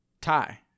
Tie